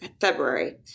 February